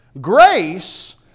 Grace